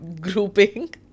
grouping